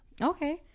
okay